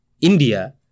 India